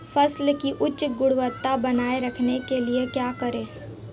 फसल की उच्च गुणवत्ता बनाए रखने के लिए क्या करें?